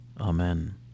Amen